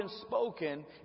spoken